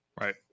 Right